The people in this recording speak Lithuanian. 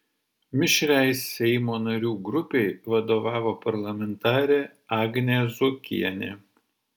mišriai seimo narių grupei vadovavo parlamentarė agnė zuokienė